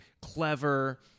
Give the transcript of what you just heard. Clever